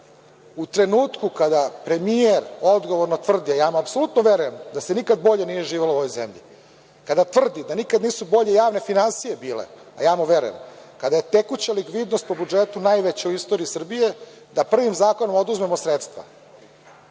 u trenutku kada premijer odgovorno tvrdi, a ja mu apsolutno verujem da se nikad bolje nije živelo u ovoj zemlji. Kada tvrdi da nikada nisu bolje javne finansije bile, a ja mu verujem. Kada je tekuća likvidnost u budžetu najveća u istoriji Srbije, da prvim zakonom oduzmemo sredstva